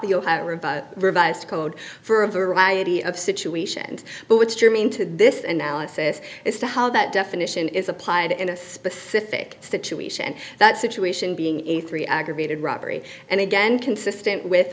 the ohio revised code for a variety of situations but what's germane to this analysis as to how that definition is applied in a specific situation that situation being a three aggravated robbery and again consistent with